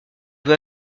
veut